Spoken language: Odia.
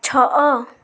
ଛଅ